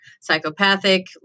psychopathic